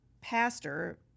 pastor